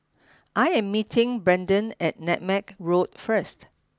I am meeting Brendan at Nutmeg Road first